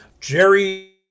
Jerry